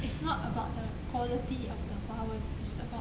it's not about the quality of the 华文 it's about